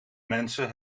mensen